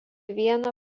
vieną